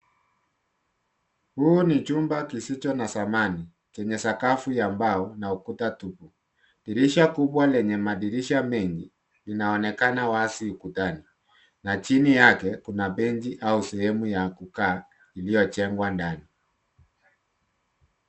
Huu ni chumba kisicho na samani chenye sakafu ya mbao na ukuta tupu, dirisha kubwa lenye madirisha mengi inaonekana wazi ukutani na chini yake kuna benchi au sehemu ya kukaa iliyojengwa ndani.